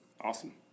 Awesome